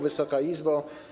Wysoka Izbo!